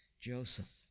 Joseph